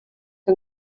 que